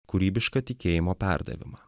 kūrybišką tikėjimo perdavimą